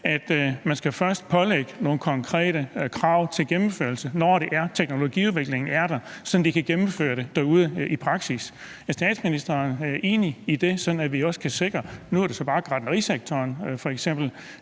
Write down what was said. at man først skal pålægge nogle konkrete krav til gennemførelse, når det er, at teknologiudviklingen er der, sådan at de kan gennemføre det derude i praksis. Er statsministeren enig i det, sådan at vi også kan sikre – nu er eksemplet så bare gartnerisektoren –